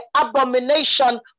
abomination